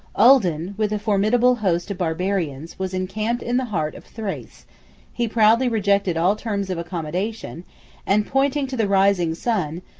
uldin, with a formidable host of barbarians, was encamped in the heart of thrace he proudly rejected all terms of accommodation and, pointing to the rising sun,